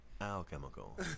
alchemical